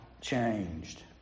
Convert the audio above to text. changed